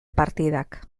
partidak